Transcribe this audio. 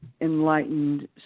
enlightened